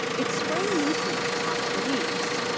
it's spraying nutrients onto the leaves